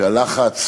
שהלחץ